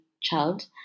child